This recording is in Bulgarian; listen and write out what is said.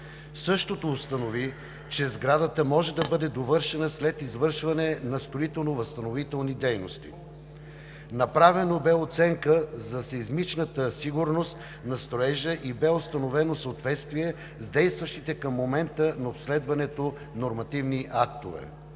Същото установи, че сградата може да бъде довършена след извършване на строително възстановителни дейности. Направена бе оценка за сеизмичната сигурност на строежа и бе установено съответствие с действащите към момента на обследването нормативни актове.